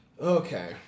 Okay